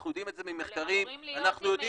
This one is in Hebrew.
אנחנו יודעים את זה ממחקרים, אנחנו יודעים את זה.